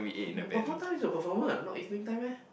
but what time is your performance not evening time meh